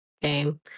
game